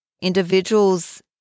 individuals